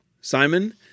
Simon